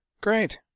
great